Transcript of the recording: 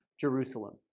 jerusalem